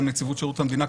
גם נציבות שירות המדינה,